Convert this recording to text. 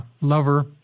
lover